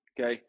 okay